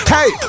Hey